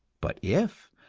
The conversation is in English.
but if,